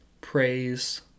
Praise